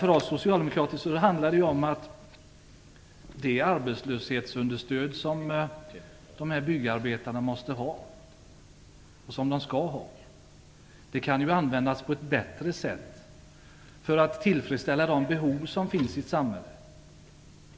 För oss socialdemokrater handlar det om att det arbetslöshetsunderstöd som byggarbetarna måste och skall ha kan användas på ett bättre sätt. Det kan användas för att tillfredsställa de behov som finns i samhället.